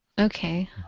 Okay